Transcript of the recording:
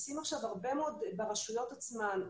עושים עכשיו הרבה מאוד ברשויות עצמן.